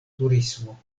turismo